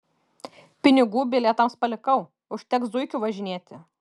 pinigų bilietams palikau užteks zuikiu važinėti